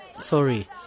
Sorry